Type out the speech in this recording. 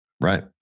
Right